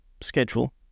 schedule